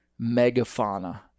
megafauna